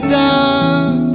done